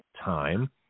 time